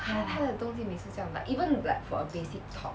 !wah!